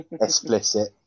Explicit